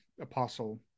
apostle